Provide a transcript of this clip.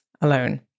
alone